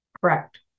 Correct